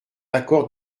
accord